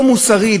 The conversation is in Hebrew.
לא מוסרית.